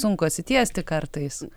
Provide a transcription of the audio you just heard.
sunku atsitiesti kartais